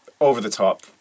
over-the-top